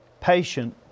patient